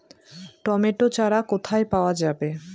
Tomato চারা কোথায় পাওয়া যাবে?